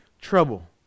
Trouble